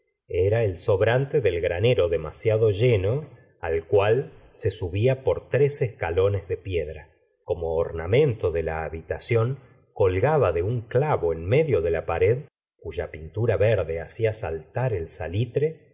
era el sobrante del granero demasiado lleno al cual se subía por tres escalones de piedra como ornamento de la habitación colgaba de un clavo en medio de la pared cuya pintura verde hacía saltar el salitre